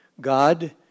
God